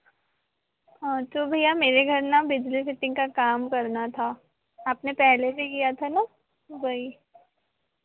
हाँ तो भैया मेरे घर ना बिजली फिटिंग का काम करना था आपने पहले भी किया था ना वहीं